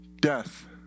death